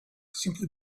simply